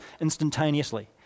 instantaneously